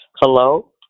Hello